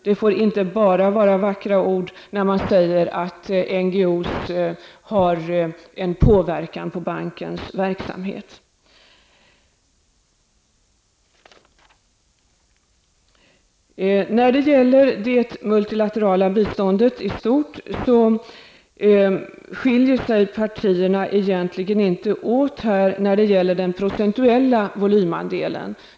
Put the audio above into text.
Det får inte vara bara vackra ord när man säger att NGO har en påverkan på bankens verksamhet. När det gäller det multilaterala biståndet i stort skiljer sig partierna egentligen inte åt när det gäller den procentuella volymandelen.